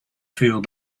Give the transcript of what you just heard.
feel